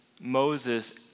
Moses